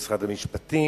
במשרד המשפטים.